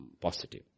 positive